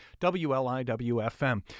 WLIW-FM